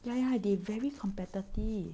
ya ya they very competitive